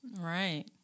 Right